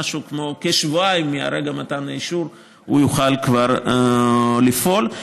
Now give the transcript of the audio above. משהו כמו שבועיים מרגע מתן האישור הוא כבר יוכל לפעול.